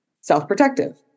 self-protective